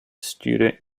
student